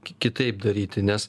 kitaip daryti nes